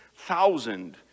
thousand